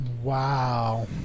Wow